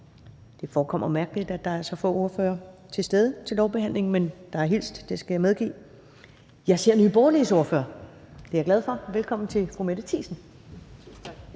Det forekommer mærkeligt, at der er så få ordførere til stede til lovbehandlingen, men der er blevet hilst; det skal jeg medgive. Jeg ser Nye Borgerliges ordfører. Det er jeg glad for. Velkommen til fru Mette Thiesen.